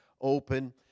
open